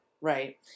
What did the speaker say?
Right